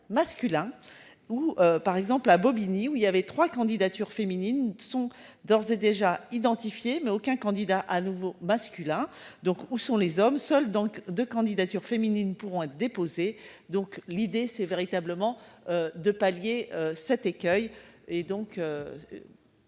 masculins ou par exemple à Bobigny, où il y avait 3 candidatures féminines sont d'ores et déjà identifiés mais aucun candidat à nouveau masculin donc où sont les hommes seuls, donc de candidatures féminines pourront être déposés. Donc l'idée c'est véritablement de pallier cet écueil et donc.